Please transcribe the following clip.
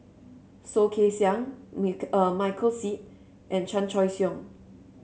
Soh Kay Siang Mic Michael Seet and Chan Choy Siong